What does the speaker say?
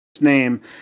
name